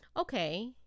Okay